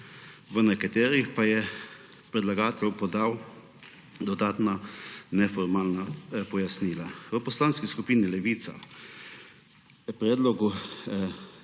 v nekaterih pa je predlagatelj podal dodatna neformalna pojasnila. V Poslanski skupini Levica predlagajo,